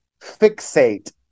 fixate